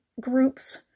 groups